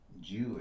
Jewish